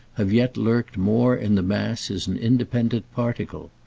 have yet lurked more in the mass as an independent particle.